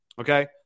Okay